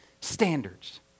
standards